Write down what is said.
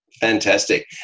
Fantastic